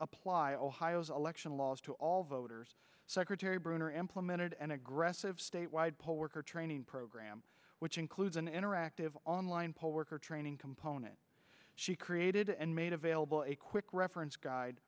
apply ohio's election laws to all voters secretary brunner implemented an aggressive statewide poll worker training program which includes an interactive online poll worker training component she created and made available a quick reference guide